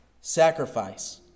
sacrifice